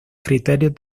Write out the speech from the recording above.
criterios